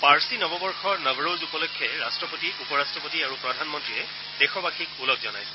পাৰ্চী নৱবৰ্য নৱৰোজ উপলক্ষে ৰাট্টপতি উপ ৰাট্টপতি আৰু প্ৰধানমন্ত্ৰীয়ে দেশৱাসীক ওলগ জনাইছে